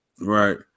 right